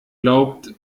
glaubt